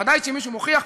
ודאי שמי שמוכיח,